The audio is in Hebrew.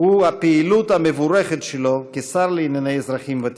הוא הפעילות המבורכת שלו כשר לענייני אזרחים ותיקים.